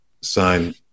sign